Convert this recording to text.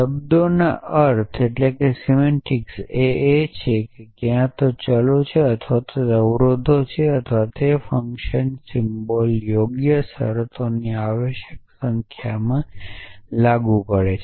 શબ્દોના અર્થ એ છે કે ક્યાં તો ચલો છે અથવા તે અવરોધો છે અથવા તે ફંક્શન સિમ્બોલ યોગ્ય શરતોની આવશ્યક સંખ્યામાં લાગુ પડે છે